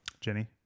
Jenny